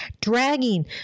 Dragging